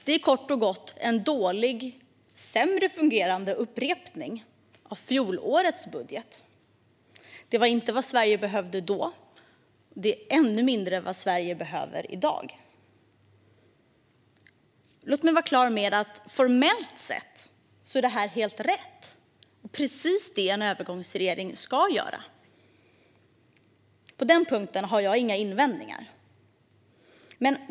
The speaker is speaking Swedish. Det är kort och gott en dålig, sämre fungerande upprepning av fjolårets budget. Det var inte vad Sverige behövde då, och det är ännu mindre vad Sverige behöver i dag. Låt mig vara tydlig med att formellt sett är det här helt rätt. Det är precis så här en övergångsregering ska göra. På den punkten har jag inga invändningar.